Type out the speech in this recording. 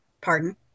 Pardon